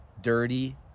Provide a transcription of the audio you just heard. dirty